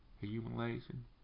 humiliation